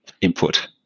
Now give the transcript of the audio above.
input